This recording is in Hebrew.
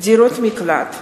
(דירות מקלט),